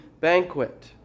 banquet